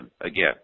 again